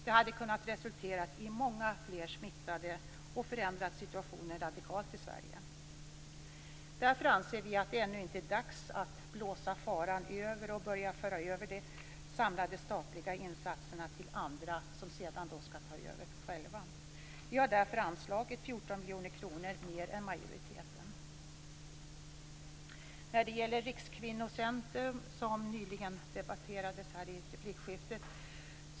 Det hade kunnat resultera i många fler smittade och förändrat situationen radikalt i Sverige. Därför anser vi att det ännu inte är dags att blåsa faran över och börja föra över de samlade statliga insatserna till andra, som sedan skall ta över själva. Vi har därför anslagit 14 miljoner kronor mer än majoriteten. Rikskvinnocentrum debatterades nyligen i ett replikskifte.